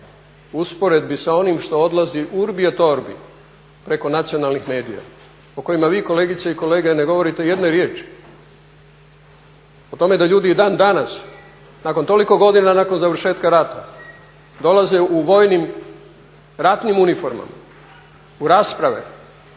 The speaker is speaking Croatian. usporedbi sa onim što odlazi urbi et orbi preko nacionalnih medija o kojima vi kolegice i kolege ne govorite jedne riječi, o tome da ljudi i dan danas nakon toliko godina nakon završetka rata dolaze u vojnim ratnim uniformama u rasprave